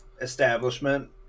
establishment